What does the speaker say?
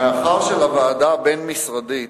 מאחר שלוועדה הבין-משרדית,